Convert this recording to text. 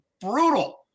brutal